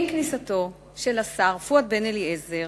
עם כניסתו של השר פואד בן-אליעזר